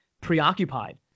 preoccupied